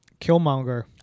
Killmonger